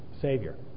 savior